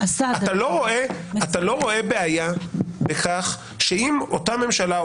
אתה לא רואה בעיה בכך שאם אותה ממשלה,